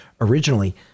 originally